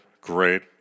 great